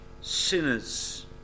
sinners